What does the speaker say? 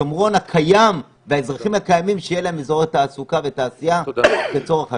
היושב-ראש, אני חושב שזה צורך השעה.